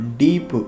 deep